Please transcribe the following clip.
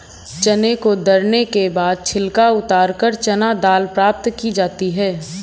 चने को दरने के बाद छिलका उतारकर चना दाल प्राप्त की जाती है